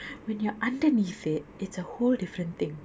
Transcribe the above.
when you're underneath it it's a whole different thing